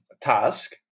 task